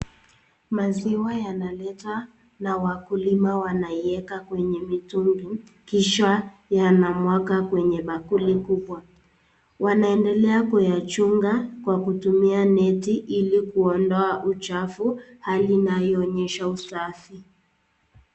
Maziwa yanaletwa na wakulima wanaieka kwenye mitungi kisha yanamwanga kwenye bakuli kubwa, wanaendelea kuyachunga kwa kutumia neti ili kuondoa uchafu hali inayoonyesha usafi.